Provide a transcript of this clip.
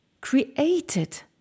created